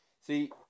see